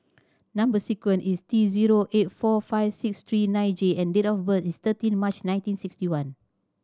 number sequence is T zero eight four five six three nine J and date of birth is thirteen March nineteen sixty one